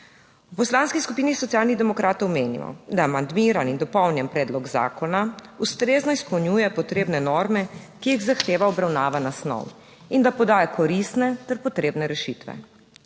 V Poslanski skupini Socialnih demokratov menimo, da je amandmiran in dopolnjen predlog zakona ustrezno izpolnjuje potrebne norme, ki jih zahteva obravnavana snov in da podaja koristne ter potrebne rešitve.